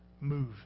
move